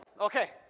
Okay